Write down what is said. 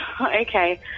okay